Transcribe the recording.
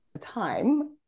time